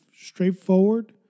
straightforward